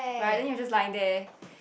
right then you're just lying there